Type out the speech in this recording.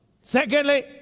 Secondly